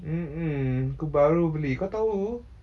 mm mm aku baru beli kau tahu